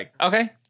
Okay